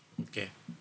okay